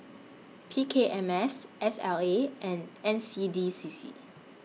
P K M S S L A and N C D C C